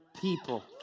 people